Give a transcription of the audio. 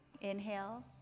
inhale